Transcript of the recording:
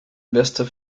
investor